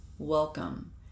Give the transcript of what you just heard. welcome